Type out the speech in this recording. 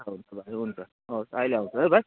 हुन्छ हुन्छ भाइ हुन्छ हवस् अहिले आउँछु है भाइ